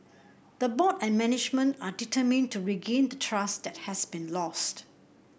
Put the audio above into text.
the board and management are determined to regain the trust that has been lost